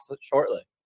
shortly